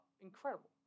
Incredible